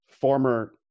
former